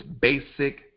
basic